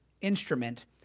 instrument